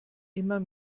immer